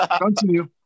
Continue